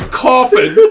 coffin